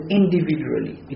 individually